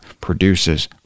produces